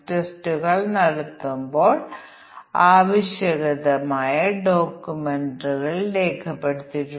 അതിനാൽ ഞങ്ങൾ ആദ്യം ചെയ്യുന്നത് ഈ പട്ടിക ക്രമീകരിക്കുക ഇവയാണ് ഇൻപുട്ട് പാരാമീറ്റർ പട്ടിക